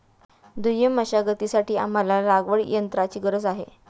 दुय्यम मशागतीसाठी आम्हाला लागवडयंत्राची गरज आहे